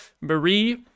marie